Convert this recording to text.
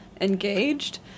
engaged